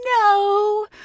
no